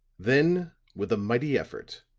then with a mighty effort,